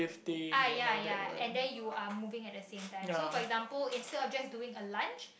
ah ya ya and then you are moving at the same time so for example instead of just doing a lunge